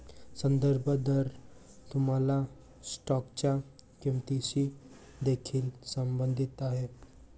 संदर्भ दर तुमच्या स्टॉकच्या किंमतीशी देखील संबंधित आहे